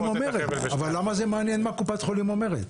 אבל למה זה מעניין מה קופת חולים אומרת?